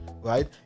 right